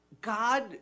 God